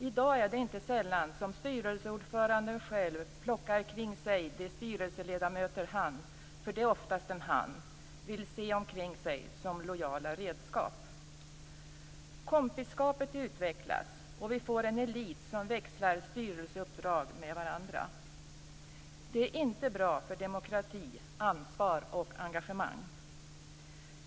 I dag är det inte sällan som styrelseordföranden själv plockar in de styrelseledamöter han - det är oftast en han - vill se omkring sig som lojala redskap. Kompisskapet utvecklas, och vi får en elit som växlar styrelseuppdrag med varandra. Det är inte bra för demokrati, ansvar och engagemang.